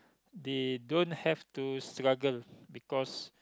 they don't have to struggle because